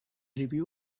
review